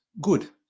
good